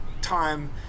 time